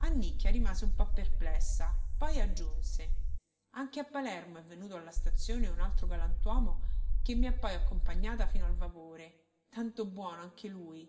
me annicchia rimase un po perplessa poi aggiunse anche a palermo è venuto alla stazione un altro galantuomo che mi ha poi accompagnata fino al vapore tanto buono anche lui